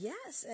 Yes